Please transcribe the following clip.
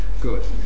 Good